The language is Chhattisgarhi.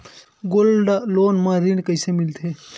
गोल्ड लोन म ऋण कइसे मिलथे?